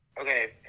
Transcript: Okay